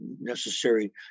necessary